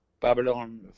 Babylon